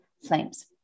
flames